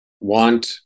want